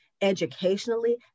educationally